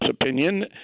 opinion